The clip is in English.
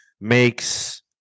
makes